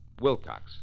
Wilcox